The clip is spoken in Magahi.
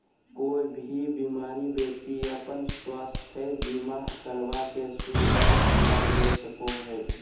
कोय भी बीमार व्यक्ति अपन स्वास्थ्य बीमा करवा के सुनिश्चित लाभ ले सको हय